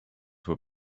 were